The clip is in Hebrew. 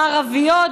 מערביות,